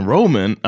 Roman